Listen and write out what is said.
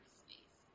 space